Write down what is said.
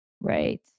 Right